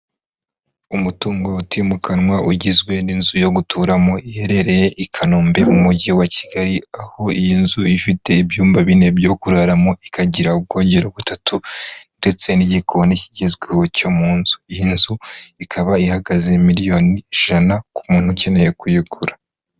Umutungo utimukanwa ugizwe n'inzu yo guturamo iherereye i kanombe mu mujyi wa Kigali, aho iyi nzu ifite ibyumba bine byo kuraramo, ikagira ubwogero butatu ndetse n'igikoni kigezweho cyo mu nzu, iyi nzu ikaba ihagaze miliyoni ijana ku muntu ukeneye kuyigura.